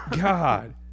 God